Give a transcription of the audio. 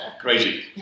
Crazy